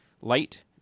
light